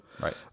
Right